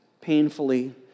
painfully